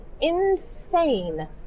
insane